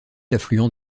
affluent